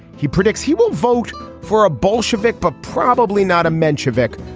he predicts he will vote for a bolshevik but probably not a mensch civic.